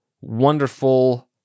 wonderful